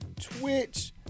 Twitch